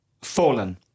fallen